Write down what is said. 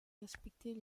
respecter